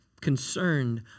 concerned